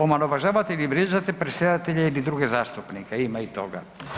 Omalovažavati ili vrijeđati predsjedatelje ili druge zastupnike, ima i toga.